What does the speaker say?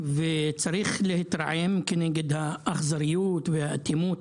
וצריך להתרעם כנגד האכזריות והאטימות